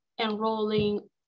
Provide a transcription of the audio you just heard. enrolling